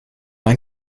ein